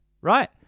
right